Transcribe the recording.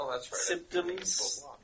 symptoms